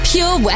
Pure